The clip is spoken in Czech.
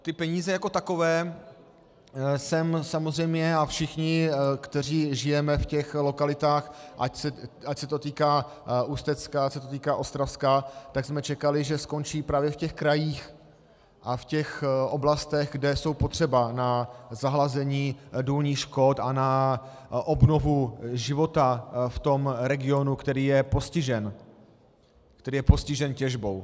Ty peníze jako takové jsem samozřejmě, a všichni, kteří žijeme v těch lokalitách, ať se to týká Ústecka, ať se to týká Ostravska, tak jsme čekali, že skončí právě v těch krajích a v těch oblastech, kde jsou potřeba na zahlazení důlních škod a na obnovu života v tom regionu, který je postižen těžbou.